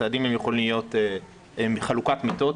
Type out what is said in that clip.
הצעדים יכולים להיות מחלוקת מיטות.